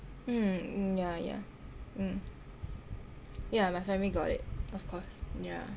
mm mm yah yah mm ya my family got it of course ya